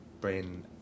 brain